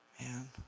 Man